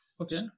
okay